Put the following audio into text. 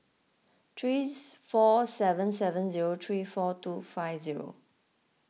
three four seven seven zero three four two five zero